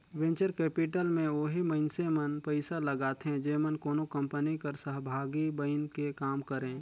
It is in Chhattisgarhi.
वेंचर कैपिटल में ओही मइनसे मन पइसा लगाथें जेमन कोनो कंपनी कर सहभागी बइन के काम करें